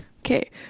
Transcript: Okay